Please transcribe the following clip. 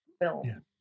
film